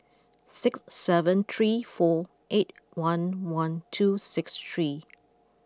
six seven three four eight one one two six three